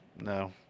no